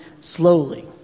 slowly